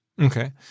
okay